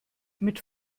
mit